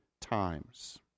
times